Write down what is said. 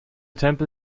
tempel